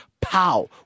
pow